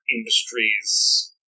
Industries